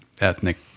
ethnic